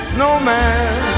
Snowman